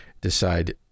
decide